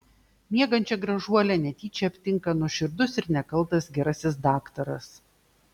miegančią gražuolę netyčia aptinka nuoširdus ir nekaltas gerasis daktaras